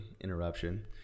interruption